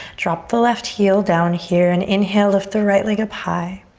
drop the left heel down here and inhale. lift the right leg up high.